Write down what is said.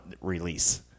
release